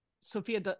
Sophia